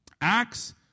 Acts